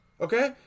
Okay